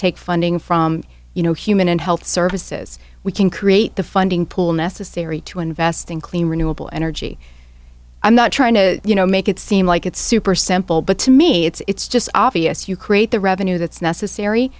take funding from you know human and health services we can create the funding pool necessary to invest in clean renewable energy i'm not trying to you know make it seem like it's super simple but to me it's just obvious you create the revenue that's necessary